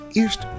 Eerst